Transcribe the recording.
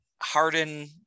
Harden